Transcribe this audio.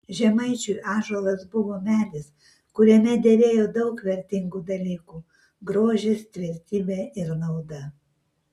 žemaičiui ąžuolas buvo medis kuriame derėjo daug vertingų dalykų grožis tvirtybė ir nauda